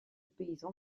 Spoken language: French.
paysan